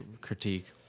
critique